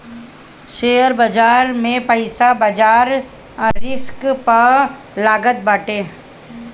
share बाजार में पईसा बाजार रिस्क पअ लागत बाटे